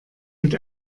mit